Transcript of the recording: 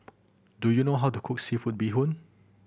do you know how to cook seafood bee hoon